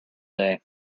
day